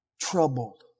troubled